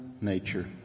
nature